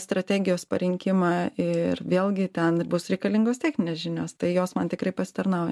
strategijos parinkimą ir vėlgi ten bus reikalingos techninės žinios tai jos man tikrai pasitarnauja